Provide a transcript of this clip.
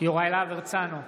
יוראי להב הרצנו,